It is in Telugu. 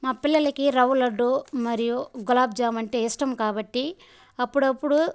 మా పిల్లలకి రవ్వ లడ్డు మరియు గులాబ్ జామ్ అంటే ఇష్టం కాబట్టి అప్పుడప్పుడు